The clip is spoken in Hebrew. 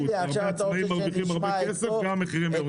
והרבה עצמאים מרוויחים הרבה כסף והמחירים יורדים.